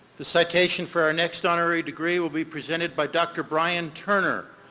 the citation for our next honorary degree will be presented by dr. brian turner,